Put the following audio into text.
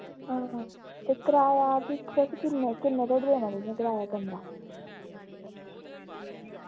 हां ते कराया फ्ही तुस किन्ने किन्ने धोड़ी देना तुसें कराया कमरा